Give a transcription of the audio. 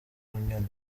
bunyoni